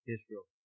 Israel